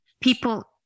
people